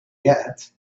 yet